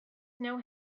know